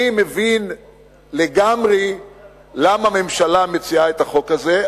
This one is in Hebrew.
אני מבין לגמרי למה הממשלה מציעה את החוק הזה.